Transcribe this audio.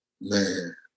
man